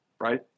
right